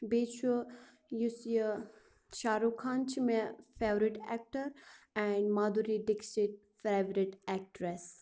بیٚیہِ چھُ یُس یہِ شارُخ خان چھُ مےٚ favourite actor and Madhuri Dixit favourite actress